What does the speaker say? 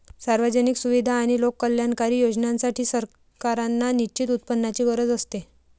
सार्वजनिक सुविधा आणि लोककल्याणकारी योजनांसाठी, सरकारांना निश्चित उत्पन्नाची गरज असते